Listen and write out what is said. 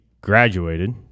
graduated